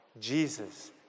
Jesus